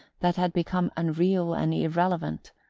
that had become unreal and irrelevant,